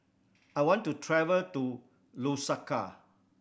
I want to travel to Lusaka